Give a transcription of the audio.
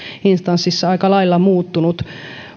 instanssissa aika lailla muuttunut